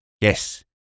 Yes